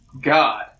God